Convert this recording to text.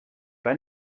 pas